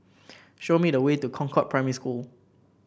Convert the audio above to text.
show me the way to Concord Primary School